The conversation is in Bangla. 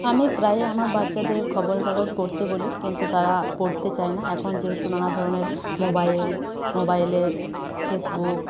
আমি প্রায় আমার বাচ্চাদের খবরের কাগজ পড়তে বলি কিন্তু তারা পড়তে চায় না এখন যেহেতু নানা ধরণের মোবাইল মোবাইলে ফেসবুক